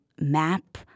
map